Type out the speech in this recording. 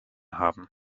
haben